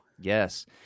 Yes